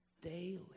daily